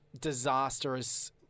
disastrous